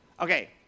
Okay